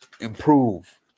improve